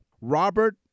Robert